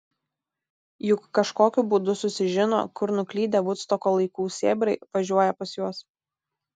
juk kažkokiu būdu susižino kur nuklydę vudstoko laikų sėbrai važiuoja pas juos